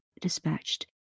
dispatched